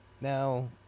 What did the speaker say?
now